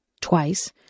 twice